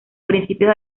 principios